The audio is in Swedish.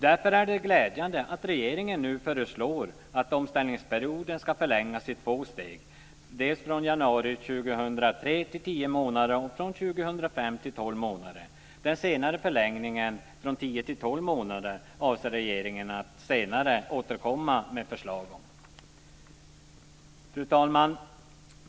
Därför är det glädjande att regeringen nu föreslår att omställningsperioden ska förlängas i två steg, dels från januari 2003 till tio månader, dels från 2005 till tolv månader. Den senare förlängningen, från tio till tolv månader, avser regeringen att senare återkomma med förslag om.